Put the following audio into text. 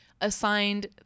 assigned